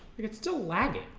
still lagging